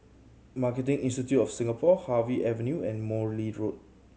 Marketing Institute of Singapore Harvey Avenue and Morley Road